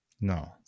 No